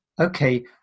okay